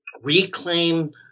reclaim